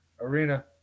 arena